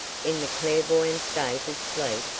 in the clairvoyant state of sleep,